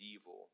evil